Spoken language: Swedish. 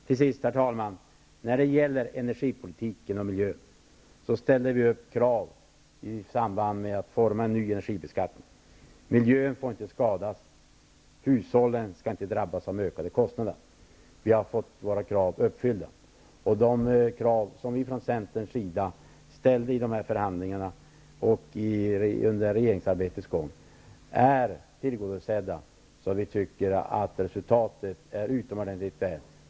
Till sist, herr talman: När det gäller energipolitiken och miljön ställer vi i samband med att vi utformar en ny energibeskattning upp krav. Miljön får inte skadas, hushållen skall inte drabbas av ökade kostnader. Vi har fått våra krav uppfyllda. De krav som vi från Centerns sida ställde i förhandlingarna och under regeringsarbetets gång är tillgodosedda; vi tycker att resultatet är utomordentligt gott.